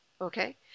Okay